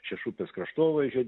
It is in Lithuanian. šešupės kraštovaizdžio